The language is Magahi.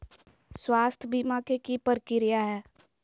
स्वास्थ बीमा के की प्रक्रिया है?